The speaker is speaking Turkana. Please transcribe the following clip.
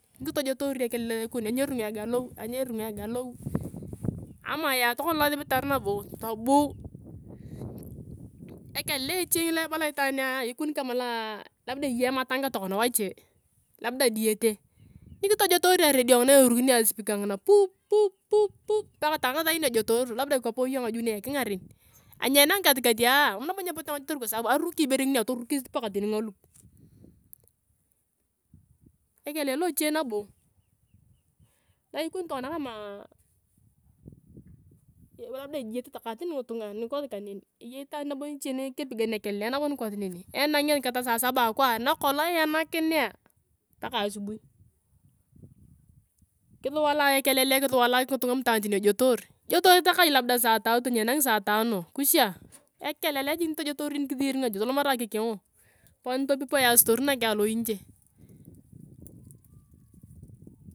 Nikitojotori ekolele loa ikoni ngolo ani eringa ekalou, ani eringa ekalou ama iyae tokona losibitar nabo, tobuu ekelele eche ngesi loa ebala tungunanea ikoni kama loa ikoni labda eyei ematanga tokona wache labda diyete nikitojotori aredio ngina na eruunio usipika ngina pu pu pu paka takae ngasain na ejotorere labda ikopo iyong ngaju na ekingaren ani enangai katikatia mam nabo nyepote ngaju kotere kwa sabu aruki ibore nginia torukis paka tani ngalup. Ekelele loche nabo, loa ikoni tokona kama labda ejiyete takae tani ngitunga anikosi kaneni eyei itaan nabe niche nikepigan ekelele nabo nikosi neni na enangea nikata saa saba akwaar nakolong iyanakinea paka asubui kisuwala ekelele kisuwala ngitunga ma itaan tani ejotoor ijofoor takae iyong labda saa tatu ani enangi saa tano kwisha ekelele jik nikitojotoori nikisiiri ngaju, tolomarae akikengo. Poni topupoe astori nakeng aloinje.